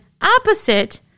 opposite